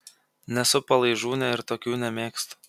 nesu palaižūnė ir tokių nemėgstu